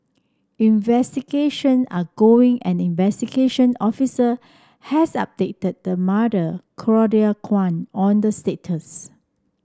investigation are going and investigation officer has updated the mother Claudia Kwan on the status